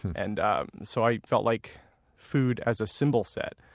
um and um so i felt like food as a symbol set,